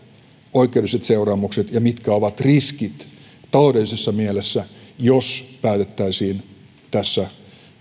oikeudelliset seuraamukset ja mitkä ovat riskit taloudellisessa mielessä jos päätettäisiin tässä